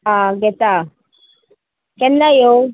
आ घेता केन्ना येव